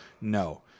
No